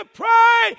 pray